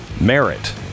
Merit